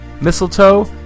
Mistletoe